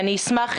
אשמח,